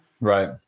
Right